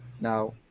Now